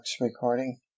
recording